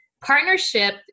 partnership